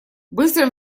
быстрым